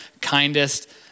kindest